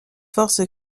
force